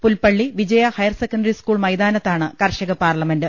Pulpally Vijaya higher secondary school മൈതാനത്താണ് കർഷക parliament